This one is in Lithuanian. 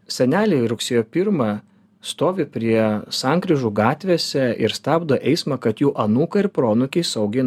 seneliai rugsėjo pirmą stovi prie sankryžų gatvėse ir stabdo eismą kad jų anūkai ir proanūkiai saugiai